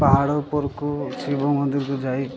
ପାହାଡ଼ ଉପରକୁ ଶିବ ମନ୍ଦିରକୁ ଯାଇ